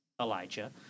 Elijah